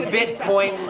Bitcoin